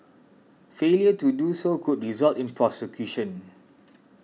failure to do so could result in prosecution